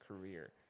career